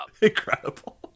Incredible